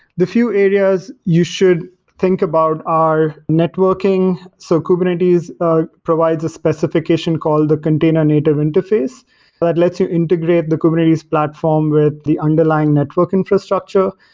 the few areas you should think about are networking. so kubernetes ah provides a specification called the container native interface that but lets you integrate the kubernetes platform with the underlying network infrastructure.